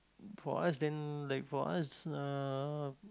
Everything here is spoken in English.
for us then like for us uh